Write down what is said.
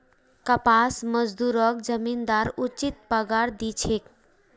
कपास मजदूरक जमींदार उचित पगार दी छेक